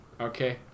Okay